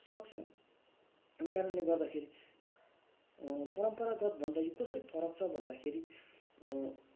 सक्छ यही कारणले गर्दाखेरि परम्परागत भन्दा यो कसरी फरक छ भन्दाखेरि